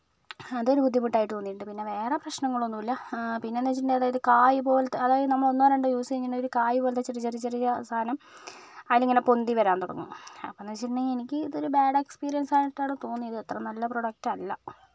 അതൊരു ബുദ്ധിമുട്ടായിട്ട് തോന്നിയിട്ടുണ്ട് പിന്നെ വേറൊരു പ്രശ്നങ്ങൾ ഒന്നും ഇല്ല പിന്നെ എന്നു വെച്ചിട്ടുണ്ടെങ്കിൽ അതായത് കായ പോലെ ഒന്ന് രണ്ട് പ്രാവശ്യം യൂസ് ചെയ്തിട്ടുണ്ടെങ്കിൽ കായ പോലെ ഇങ്ങനെ ചെറിയ ചെറിയ സാധനം അതിലിങ്ങനെ പൊന്തി വരാൻ തുടങ്ങും അപ്പോഴെന്ന് വെച്ചിട്ടുണ്ടെങ്കിൽ എനിക്കിത് ഒരു ബാഡ് എക്സ്പീരിയൻസ് ആയിട്ടാണ് തോന്നിയത് ഇത് അത്ര നല്ല പ്രോഡക്റ്റ് അല്ല